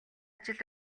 ажил